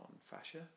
fascia